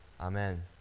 Amen